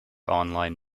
online